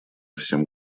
всем